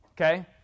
Okay